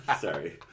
sorry